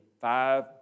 five